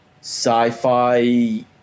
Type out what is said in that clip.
sci-fi